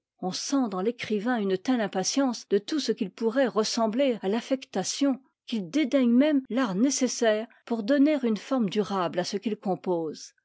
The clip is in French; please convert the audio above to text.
on sent dans l'écrivain une telle impatience de tout ce qui pourrait ressembler à l'affectation qu'il dédaigne même l'art nécessaire pour donner une forme durable à ce qu'il compose